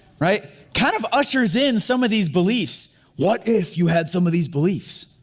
right? kind of ushers in some of these beliefs what if you had some of these beliefs?